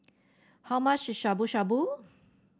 how much is Shabu Shabu